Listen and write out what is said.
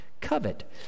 covet